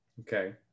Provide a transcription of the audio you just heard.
okay